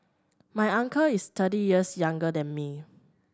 my uncle is thirty years younger than me